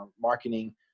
marketing